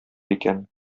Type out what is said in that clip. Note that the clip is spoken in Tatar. икән